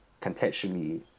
contextually